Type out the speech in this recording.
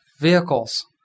vehicles